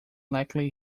likely